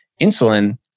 insulin